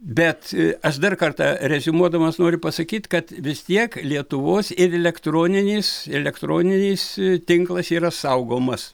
bet aš dar kartą reziumuodamas noriu pasakyt kad vis tiek lietuvos ir elektroninis elektroninis tinklas yra saugomas